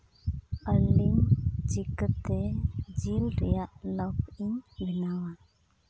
ᱚᱞᱤ ᱤᱧ ᱪᱤᱠᱟᱹᱛᱮ ᱡᱤᱞ ᱨᱮᱭᱟᱜ ᱞᱚᱯᱷ ᱤᱧ ᱵᱮᱱᱟᱣᱟ